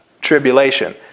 tribulation